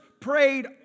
prayed